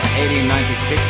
1896